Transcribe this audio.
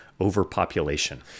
overpopulation